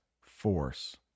force